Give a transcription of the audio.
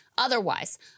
Otherwise